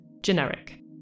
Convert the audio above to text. generic